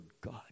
God